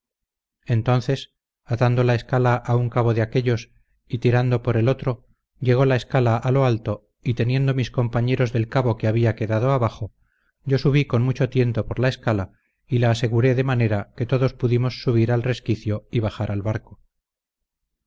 entonces atando la escala a un cabo de aquellos y tirando por el otro llegó la escala a lo alto y teniendo mis compañeros del cabo que había quedado abajo yo subí con mucho tiento por la escala y la aseguré de manera que todos pudimos subir al resquicio y bajar al barco